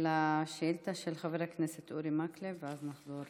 לשאילתה של חבר הכנסת אורי מקלב ואז נחזור